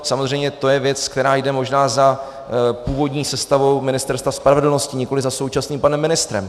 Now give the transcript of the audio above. Samozřejmě to je věc, která jde možná za původní sestavou Ministerstva spravedlnosti, nikoli za současným panem ministrem.